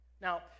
Now